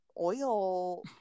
oil